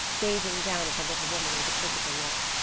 gazing down at the little woman with a quizzical look.